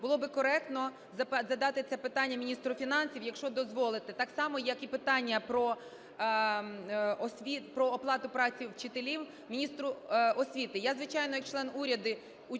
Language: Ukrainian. Було би коректно задати це питання міністру фінансів, якщо дозволите. Так само, як і питання про оплату праці вчителів, міністру освіти.